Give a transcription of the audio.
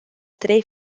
trei